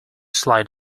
slide